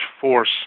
force